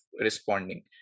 responding